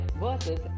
Versus